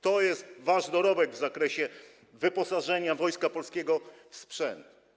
To jest wasz dorobek w zakresie wyposażenia Wojska Polskiego w sprzęt.